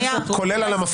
כולל על המפכ"ל.